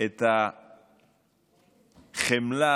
את החמלה